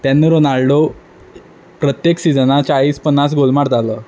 तेन्ना रोनाल्डो प्रत्येक सिजना चाळीस पन्नास गोल मारतालो